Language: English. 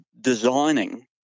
designing